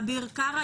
אביר קארה,